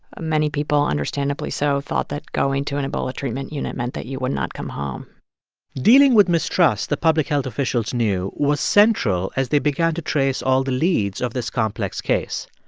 ah many people, understandably so, thought that going to an ebola treatment unit meant that you would not come home dealing with mistrust, the public health officials knew, was central as they began to trace all the leads of this complex case.